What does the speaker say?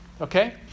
Okay